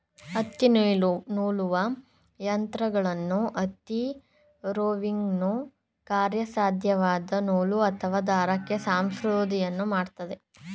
ಹತ್ತಿನೂಲುವ ಯಂತ್ರಗಳು ಹತ್ತಿ ರೋವಿಂಗನ್ನು ಕಾರ್ಯಸಾಧ್ಯವಾದ ನೂಲು ಅಥವಾ ದಾರಕ್ಕೆ ಸಂಸ್ಕರಿಸೋದನ್ನ ಮಾಡ್ತದೆ